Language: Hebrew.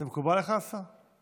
זה מקובל עליך, השר?